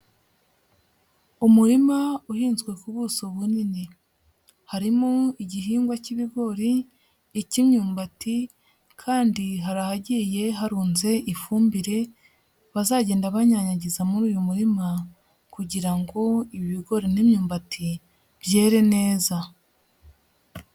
Umurima uhinzwe ku buso bunini. Harimo igihingwa cy'ibigori, icy'imyumbati kandi hari ahagiye harunze ifumbire bazagenda banyanyagiza muri uyu murima kugira ngo ibi bigori n'imyumbati byere neza.